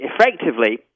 effectively